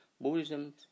Buddhism